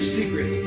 secret